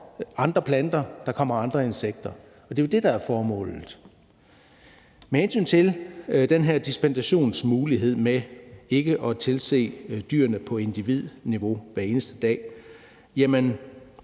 andre planter, at der kommer andre insekter. Og det er jo det, der er formålet. Den her dispensationsmulighed for ikke at tilse dyrene på individniveau hver eneste dag er